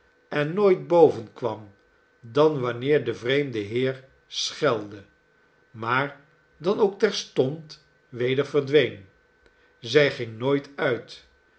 en nooit bovenkwam dan wanneer de vreemde heer schelde maar dan ook terstond weder verdween zij ging nooit uit